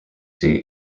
sea